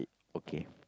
okay